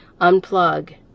unplug